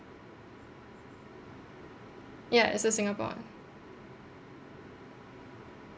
ya it's a singapore [one]